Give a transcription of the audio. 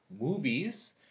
movies